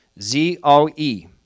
Z-O-E